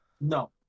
No